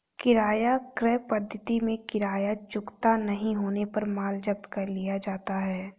किराया क्रय पद्धति में किराया चुकता नहीं होने पर माल जब्त कर लिया जाता है